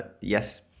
yes